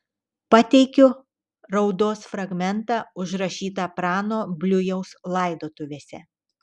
pateikiu raudos fragmentą užrašytą prano bliujaus laidotuvėse